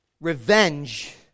revenge